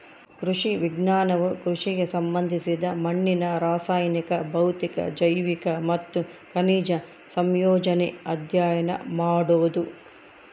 ಕೃಷಿ ವಿಜ್ಞಾನವು ಕೃಷಿಗೆ ಸಂಬಂಧಿಸಿದ ಮಣ್ಣಿನ ರಾಸಾಯನಿಕ ಭೌತಿಕ ಜೈವಿಕ ಮತ್ತು ಖನಿಜ ಸಂಯೋಜನೆ ಅಧ್ಯಯನ ಮಾಡೋದು